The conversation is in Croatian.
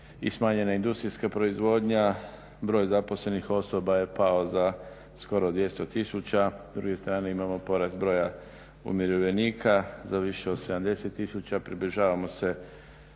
smanjena industrijska proizvodnja. Broj zaposlenih osoba je pao za skoro 200 000, s druge strane imamo porast broja umirovljenika za više od 70 000, približavamo se